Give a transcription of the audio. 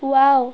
wow